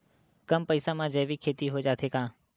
कम पईसा मा जैविक खेती हो जाथे का?